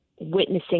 witnessing